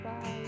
bye